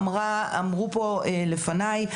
אמרו פה לפניי,